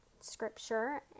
scripture